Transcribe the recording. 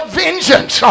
vengeance